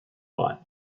bought